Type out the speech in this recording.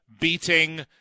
beating